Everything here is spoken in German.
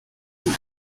ihn